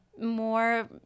more